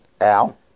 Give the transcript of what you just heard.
al